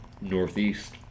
Northeast